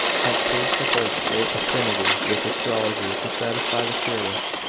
have proved to hold great affinity with astrology, to satisfy the curious,